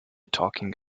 talking